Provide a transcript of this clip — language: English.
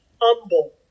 humble